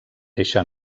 deixa